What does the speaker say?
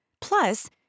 Plus